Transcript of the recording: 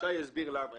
שי הסביר גם למה.